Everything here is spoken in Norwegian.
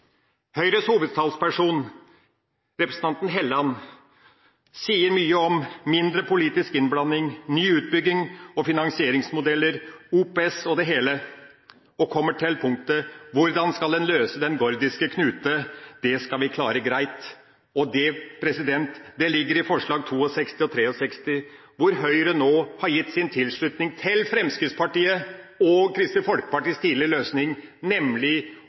Høyres hovedtalsperson, representanten Helleland, sier mye om mindre politisk innblanding, ny utbygging og finansieringsmodeller – OPS og det hele – og kommer til punktet om hvordan en skal løse den gordiske knute. Det skal de klare greit. Det ligger i forslagene nr. 62 og 63, hvor Høyre nå har gitt sin tilslutning til Fremskrittspartiets og Kristelig Folkepartis tidligere løsning, nemlig